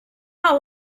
how